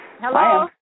Hello